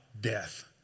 death